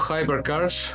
Hypercars